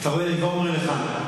אני כבר אומר לך,